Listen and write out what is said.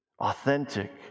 authentic